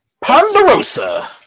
Ponderosa